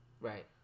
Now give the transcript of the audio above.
right